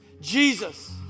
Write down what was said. Jesus